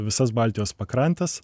visas baltijos pakrantes